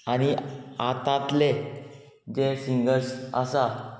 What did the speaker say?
आनी आतांतले जे सिंगर्स आसा